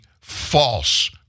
false